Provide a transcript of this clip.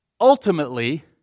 ultimately